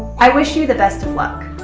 i wish you the best of luck.